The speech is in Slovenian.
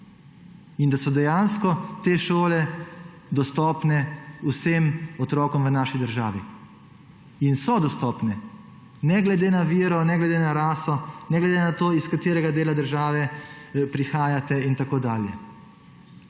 in da so dejansko te šole dostopne vsem otrokom v naši državi. In so dostopne, ne glede na vero, ne glede na raso, ne glede na to, iz katerega dela države prihajate itd., kar